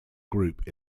group